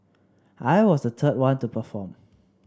I was the third one to perform